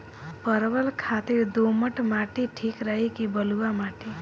परवल खातिर दोमट माटी ठीक रही कि बलुआ माटी?